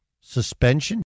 suspension